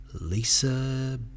Lisa